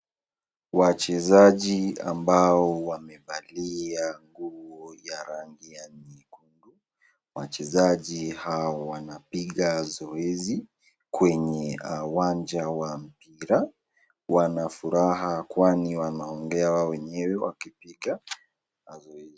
Wachezaji ambao wamevalia nguo ya rangi ya nyekundu, wachezaji hawa wanapiga zoezi kwenye uwanja wa mpira, wana furaha kwani wanaongea wenyewe wakipiga zoezi.